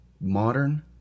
modern